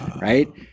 right